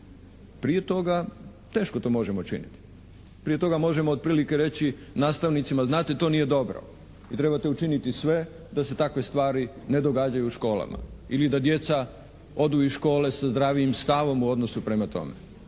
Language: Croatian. Prije toga teško to možemo činiti. Prije toga možemo otprilike reći nastavnicima, znate to nije dobro i trebate učiniti sve da se takve stvari ne događaju u školama ili da djeca odu iz škole sa zdravijim stavom u odnosu prema tome.